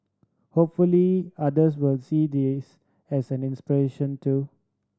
hopefully others will see this as an inspiration too